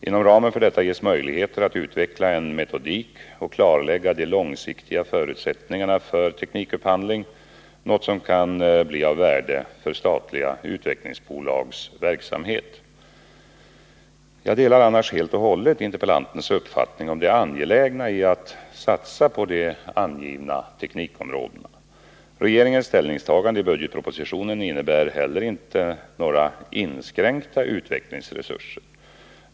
Inom ramen för detta ges möjligheter att utveckla en metodik och klarlägga de långsiktiga förutsättningarna för teknikupphandling, något som kan bli av värde för statliga utvecklingsbolags verksamhet. Jag delar annars helt och hållet interpellantens uppfattning om det angelägna i att satsa på de angivna teknikområdena. Regeringens ställningstagande i budgetpropositionen innebär heller inte några inskränkta utvecklingsresurser.